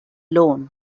loan